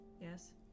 yes